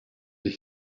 that